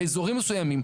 באזורים מסוימים,